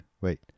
wait